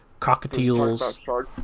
cockatiels